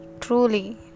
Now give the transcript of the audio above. truly